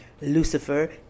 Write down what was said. Lucifer